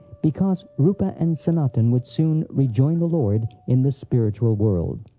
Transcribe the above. because rupa and sanatan would soon rejoin the lord in the spiritual world.